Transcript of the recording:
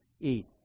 eat